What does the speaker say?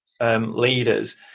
leaders